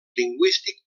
lingüístic